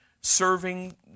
serving